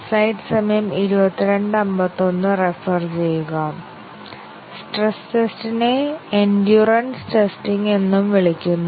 stress test നെ endurance testing എന്നും വിളിക്കുന്നു